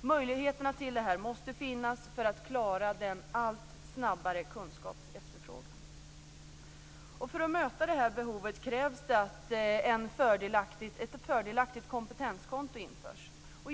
Möjligheten till detta måste finnas för att klara den allt snabbare kunskapsefterfrågan. För att möta detta behov krävs det att ett fördelaktigt kompetenskonto införs.